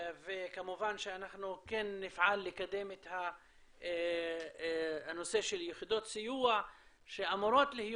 כמובן שאנחנו כן נפעל לקדם את הנושא של יחידות סיוע שאמורות להיות